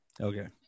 Okay